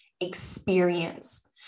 experience